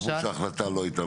מה פירוש ההחלטה לא הייתה?